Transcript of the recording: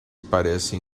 parecem